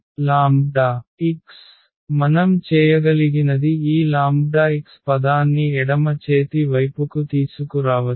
ఈ Ax λx మనం చేయగలిగినది ఈ λx పదాన్ని ఎడమ చేతి వైపుకు తీసుకురావచ్చు